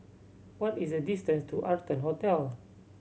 what is the distance to Arton Hotel